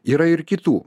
yra ir kitų